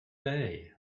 day